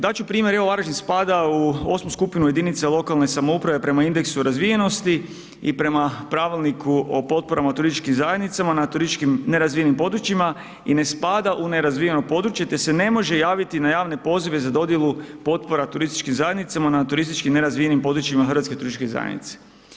Dat ću primjer, evo Varaždin spada u osmu skupinu jedinica lokalne samouprave prema indeksu razvijenosti i prema Pravilniku o potporama u turističkim zajednicama na turističkim nerazvijenim područjima i ne spada u nerazvijeno područje, te se ne može javiti na javne pozive za dodjelu potpora turističkim zajednicama na turistički nerazvijenim područjima Hrvatske turističke zajednice.